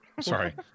Sorry